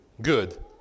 good